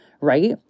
right